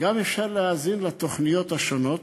וגם אפשר להאזין לתוכניות השונות,